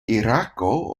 irako